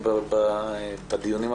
ככל שישנה הרחבה אני לא מוכן אופציה ביום שני מה